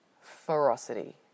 ferocity